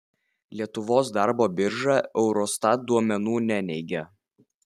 lietuvos darbo birža eurostat duomenų neneigia